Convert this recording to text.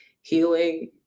healing